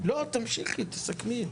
לא, תמשיכי, תסכמי.